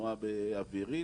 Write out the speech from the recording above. תנועה אווירית,